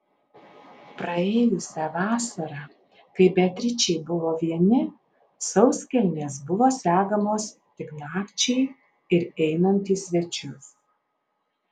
praėjusią vasarą kai beatričei buvo vieni sauskelnės buvo segamos tik nakčiai ir einant į svečius